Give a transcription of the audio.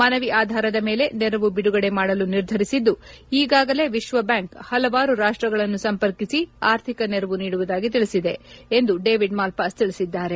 ಮನವಿ ಆಧಾರದ ಮೇಲೆ ನೆರವು ಬಿಡುಗಡೆ ಮಾಡಲು ನಿರ್ಧರಿಸಿದ್ದು ಈಗಾಗಲೇ ವಿಶ್ವಬ್ಯಾಂಕ್ ಪಲವಾರು ರಾಷ್ಟಗಳನ್ನು ಸಂಪರ್ಕಿಸಿ ಅರ್ಥಿಕ ನೆರವು ನೀಡುವುದಾಗಿ ತಿಳಿಸಲಾಗಿದೆ ಎಂದು ಡೇವಿಡ್ ಮಾಲ್ವಾಸ್ ತಿಳಿಸಿದ್ದಾರೆ